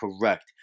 correct